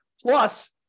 Plus